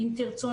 אם תרצו,